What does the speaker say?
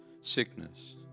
Sickness